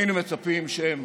היינו מצפים שהם